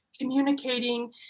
communicating